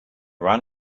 ran